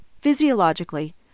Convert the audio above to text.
physiologically